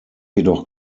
jedoch